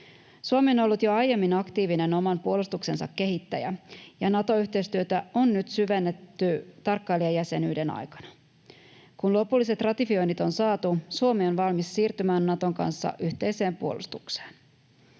Suomi on ollut jo aiemmin aktiivinen oman puolustuksensa kehittäjä, ja Nato-yhteistyötä on nyt syvennetty tarkkailijajäsenyyden aikana. Kun lopulliset ratifioinnit on saatu, Suomi on valmis siirtymään Naton kanssa yhteiseen puolustukseen.